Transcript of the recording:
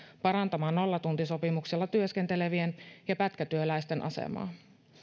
parantamaan nollatuntisopimuksella työskentelevien ja pätkätyöläisten asemaa